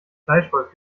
fleischwolf